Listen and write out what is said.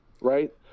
Right